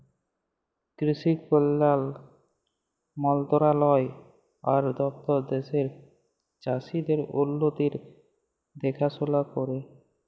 কিসি কল্যাল মলতরালায় আর দপ্তর দ্যাশের চাষীদের উল্লতির দেখাশোলা ক্যরে